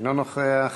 אינו נוכח,